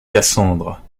cassandre